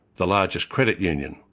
the largest credit union,